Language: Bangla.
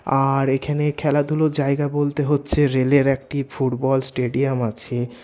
আর এখানে খেলাধুলোর জায়গা বলতে হচ্ছে রেলের একটি ফুটবল স্টেডিয়াম আছে